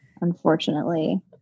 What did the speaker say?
Unfortunately